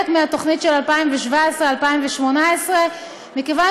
זה חלק מהתוכנית של 2017 2018. מכיוון